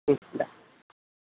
দিয়া